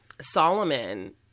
Solomon